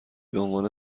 بعنوان